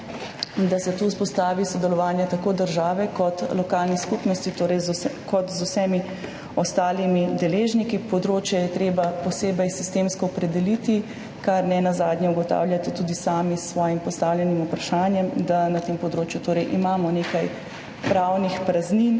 da se tu vzpostavi sodelovanje tako države kot lokalnih skupnosti, kot z vsemi ostalimi deležniki. Področje je treba posebej sistemsko opredeliti, kar nenazadnje ugotavljate tudi sami s svojim postavljenim vprašanjem – da na tem področju torej imamo nekaj pravnih praznin,